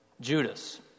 Judas